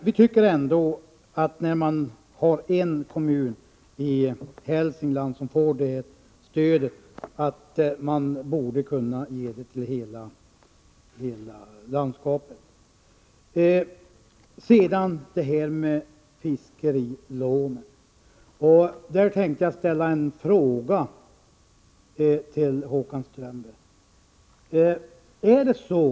Vi tycker ändå att när en kommun i Hälsingland får detta stöd, så borde man kunna ge det till hela landskapet. För det andra gäller det fiskerilånen. Där tänker jag ställa en fråga till Håkan Strömberg.